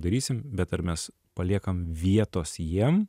darysim bet ar mes paliekam vietos jiem